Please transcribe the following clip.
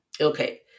okay